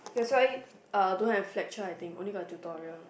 that why uh don't have lecture I think only got tutorial